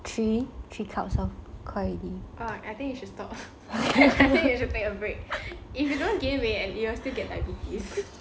three three cups of KOI already